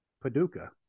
Paducah